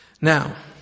Now